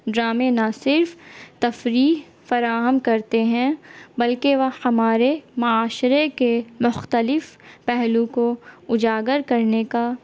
ڈرامے نہ صرف تفریح فراہم کرتے ہیں بلکہ وہ ہمارے معاشرے کے مختلف پہلو کو اجاگر کرنے کا